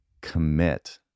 commit